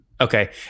Okay